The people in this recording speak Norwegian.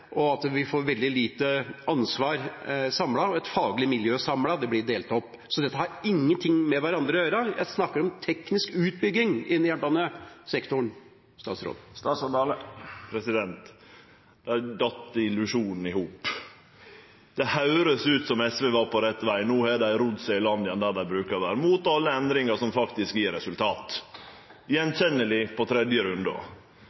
og det faglige miljøet blir veldig lite samlet – det blir delt opp. Så dette har ingenting med hverandre å gjøre. Jeg snakker om teknisk utbygging innenfor jernbanesektoren. Der datt illusjonen i hop! Det høyrdest ut som om SV var på rett veg, men no har dei rodd seg i land igjen der dei brukar å vere: Dei er imot alle endringar som faktisk gjev resultat.